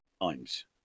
times